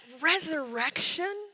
resurrection